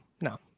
No